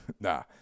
Nah